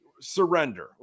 surrender